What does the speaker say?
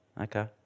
Okay